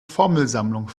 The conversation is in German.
formelsammlung